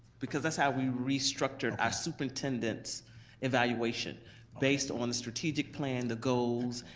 because that's how we restructured our superintendent's evaluation based on the strategic plan, the goals,